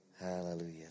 Hallelujah